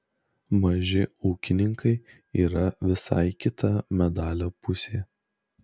maži ūkininkai yra visai kita medalio pusė